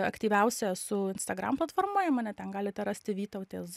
aktyviausia esu instagram platformoje mane ten galite rasti vytautės